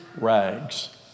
rags